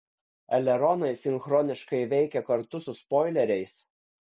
eleronai sinchroniškai veikia kartu su spoileriais